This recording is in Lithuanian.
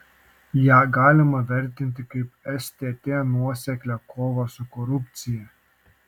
ją galima vertinti kaip stt nuoseklią kovą su korupcija